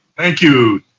thank you,